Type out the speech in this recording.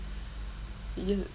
it's just